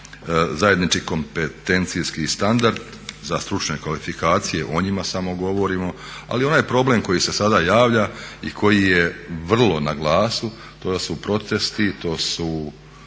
zajednički kompetencijski standard za stručne kvalifikacije, o njima samo govorimo. Ali onaj problem koji se sada javlja i koji je vrlo na glasu to su protesti, to su